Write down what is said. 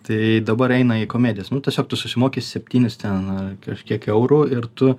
tai dabar eina į komedijas nu tiesiog tu susimoki septynis ten kažkiek eurų ir tu